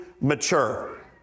mature